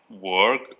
work